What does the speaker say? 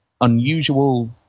unusual